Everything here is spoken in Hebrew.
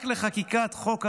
רק לחקיקת חוק הרבנים,